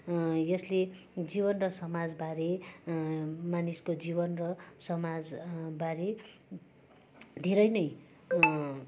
यसले जीवन र समाज बारे मानिसको जीवन र समाज बारे धेरै नै